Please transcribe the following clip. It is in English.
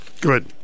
good